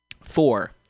Four